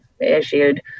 issued